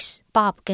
Bob